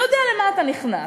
אתה יודע למה אתה נכנס,